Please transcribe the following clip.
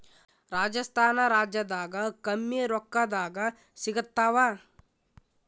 ರಾಜಸ್ಥಾನ ರಾಜ್ಯದಾಗ ಕಮ್ಮಿ ರೊಕ್ಕದಾಗ ಸಿಗತ್ತಾವಾ?